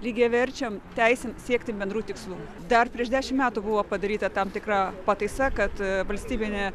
lygiaverčiam teisint siekti bendrų tikslų dar prieš dešimt metų buvo padaryta tam tikra pataisa kad valstybinė